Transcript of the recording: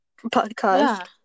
podcast